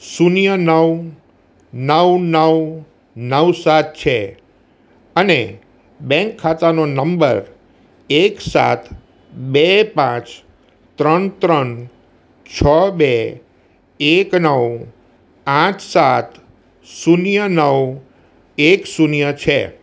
શૂન્ય નવ નવ નવ નવ સાત છે અને બેંક ખાતાનો નંબર એક સાત બે પાંચ ત્રણ ત્રણ છ બે એક નવ આઠ સાત શૂન્ય નવ એક શૂન્ય છે